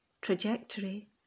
trajectory